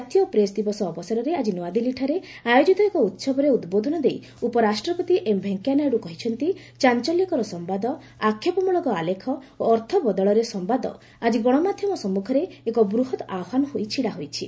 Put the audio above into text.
ଜାତୀୟ ପ୍ରେସ୍ ଦିବସ ଅବସରରେ ଆଜି ନୂଆଦିଲ୍ଲୀଠାରେ ଆୟୋଜିତ ଏକ ଉହବରେ ଉଦ୍ବୋଧନ ଦେଇ ଉପରାଷ୍ଟ୍ରପତି ଏମ୍ ଭେଙ୍କୟା ନାଇଡୁ କହିଛନ୍ତି ଚାଞ୍ଚଲ୍ୟକର ସମ୍ଘାଦ ଆକ୍ଷେପମ୍ବଳକ ଆଲେଖ ଓ ଅର୍ଥ ବଦଳରେ ସମ୍ବାଦ ଆଜି ଗଣମାଧ୍ୟମ ସମ୍ମୁଖରେ ଏକ ବୃହତ୍ ଆହ୍ୱାନ ହୋଇ ଛିଡ଼ା ହୋଇଛି